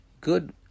good